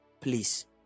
please